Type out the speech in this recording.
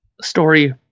story